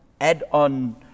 add-on